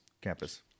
campus